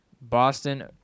Boston